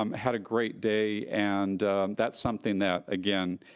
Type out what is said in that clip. um had a great day and that's something that, again,